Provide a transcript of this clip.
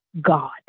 God